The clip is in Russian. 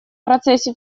процессе